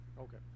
okay